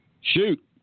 Shoot